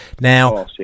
Now